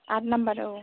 आट नाम्बार औ